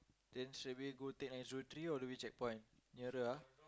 then straight away go take nine zero three all the way checkpoint nearer ah